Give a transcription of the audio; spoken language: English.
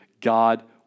God